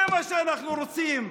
זה מה שאנחנו רוצים.